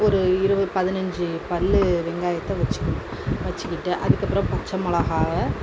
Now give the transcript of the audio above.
ஒரு இருபத் பதினைஞ்சி பல் வெங்காயத்தை வைச்சுக்கணும் வச்சுக்கிட்டு அதுக்கப்புறம் பச்சை மிளகாவ